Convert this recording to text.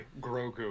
Grogu